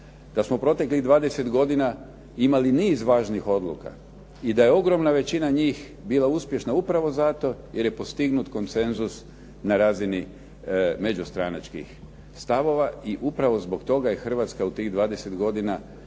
da smo proteklih 20 godina imali niz važnih odluka i da je ogromna većina njih bila uspješna upravo zato jer je postignut konsenzus na razini međustranačkih stavova. I upravo zbog toga je Hrvatska u tih 20 godina,